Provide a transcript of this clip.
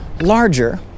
larger